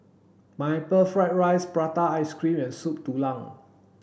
pineapple fried rice prata ice cream and Soup Tulang